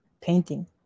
painting